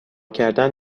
کردن